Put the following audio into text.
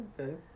okay